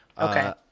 okay